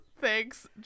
thanks